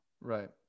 Right